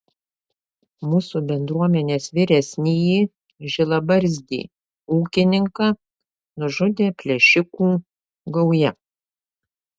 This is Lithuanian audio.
mūsų bendruomenės vyresnįjį žilabarzdį ūkininką nužudė plėšikų gauja